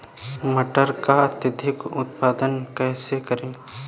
मटर का अधिक उत्पादन कैसे करें?